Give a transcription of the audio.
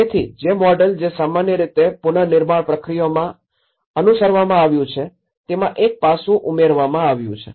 તેથી જે મોડેલ જે સામાન્ય રીતે પુનર્નિર્માણ પ્રક્રિયાઓમાં અનુસરવામાં આવ્યું છે તેમાં એક પાસું ઉમેરવામાં આવ્યું છે